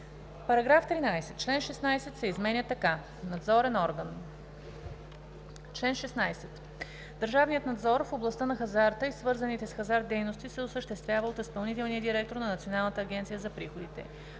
22: „§ 13. Член 16 се изменя така: „Надзорен орган Чл. 16. Държавният надзор в областта на хазарта и свързаните с хазарт дейности се осъществява от изпълнителния директор на Националната агенция за приходите.“